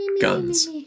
guns